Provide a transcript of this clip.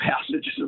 passages